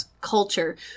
culture